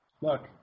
Look